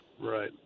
Right